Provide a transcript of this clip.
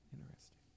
interesting